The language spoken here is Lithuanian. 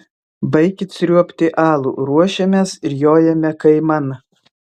baikit sriuobti alų ruošiamės ir jojame kaiman